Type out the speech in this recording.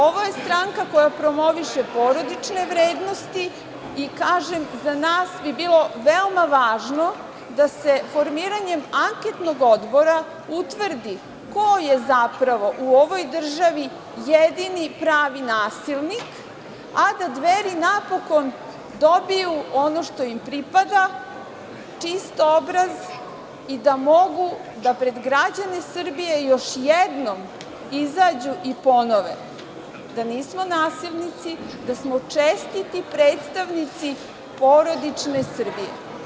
Ovo je stranka koja promoviše porodične vrednosti i, kažem, za nas bi bilo veoma važno da se formiranjem anketnog odbora utvrdi ko je zapravo u ovoj državi jedini pravi nasilnik, a da Dveri napokon dobiju ono što im pripada – čist obraz i da mogu da pred građane Srbije još jednom izađu i ponove da nismo nasilnici, da smo čestiti predstavnici porodične Srbije.